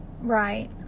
Right